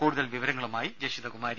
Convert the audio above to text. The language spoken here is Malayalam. കൂടുതൽ വിവരങ്ങളുമായി ജഷിത കുമാരി